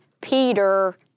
Peter